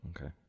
Okay